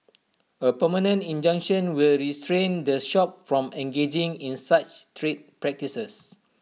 A permanent injunction will restrain the shop from engaging in such trade practices